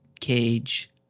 cage